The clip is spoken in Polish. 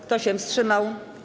Kto się wstrzymał?